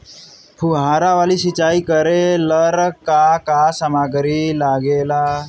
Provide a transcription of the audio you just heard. फ़ुहारा वाला सिचाई करे लर का का समाग्री लागे ला?